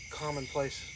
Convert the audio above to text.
commonplace